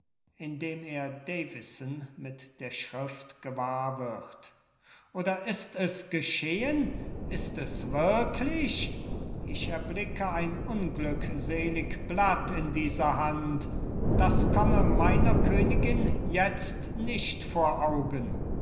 indem er davison mit der schrift gewahr wird oder ist es geschehen ist es wirklich ich erblicke ein unglückselig blatt in dieser hand das komme meiner königin jetzt nicht vor augen